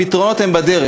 הפתרונות הם בדרך.